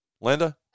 Linda